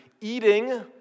eating